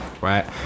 Right